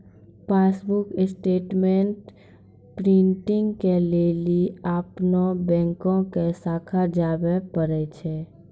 passbook statement printing के लेली अपनो बैंको के शाखा जाबे परै छै